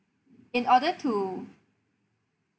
in order to